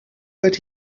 but